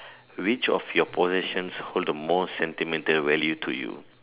which of your possessions hold the most sentimental value to you